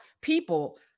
people